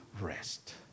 rest